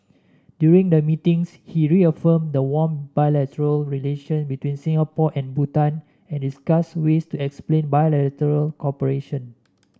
during the meetings he reaffirmed the warm bilateral relations between Singapore and Bhutan and discussed ways to expand bilateral cooperation